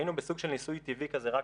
היינו בסוג של ניסוי טבעי כזה רק